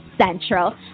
Central